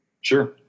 Sure